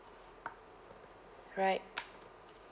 right